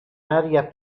aria